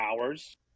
hours